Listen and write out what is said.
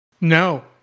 No